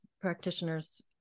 practitioners